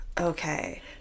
Okay